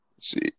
see